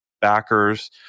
backers